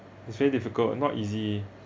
it's very difficult not easy